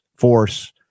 force